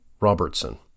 Robertson